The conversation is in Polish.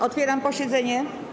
Otwieram posiedzenie.